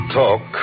talk